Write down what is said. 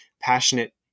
passionate